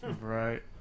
Right